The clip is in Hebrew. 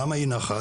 למה אי נחת?